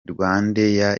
ikomeje